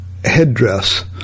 headdress